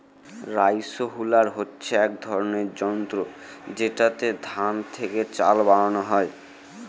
rice huller হচ্ছে এক যন্ত্র যেটাতে ধান থেকে চাল বানানো হয়